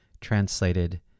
translated